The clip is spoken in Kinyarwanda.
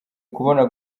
kubona